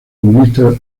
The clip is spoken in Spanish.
comunista